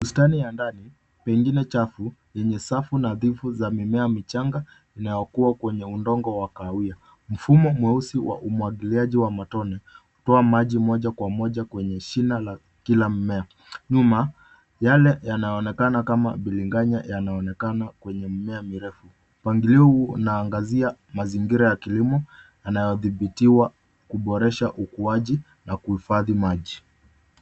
Bustani ya ndani pengine chafu, yenye safu nadhifu za mimea michanga inayokua, kwenye udongo wa kahawia Mfumo mweusi wa umwagiliaji wa matone ,kutoa maji moja kwa Moja kwenye shina la ,Kila mmea. Nyuma yale yanaonekana kama biriganya yanaonekana kwenye mmea mirefu. Mpangilio huu unaangazia mazingira ya kilimo yanayothibitiwa kuboresha ,ukuaji na kuhifadhi maji.